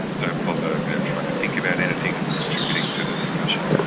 and don't bother trying to think about anything or contributing to the discussion'.